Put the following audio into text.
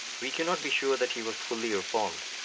we cannot be sure that he was fully reformed.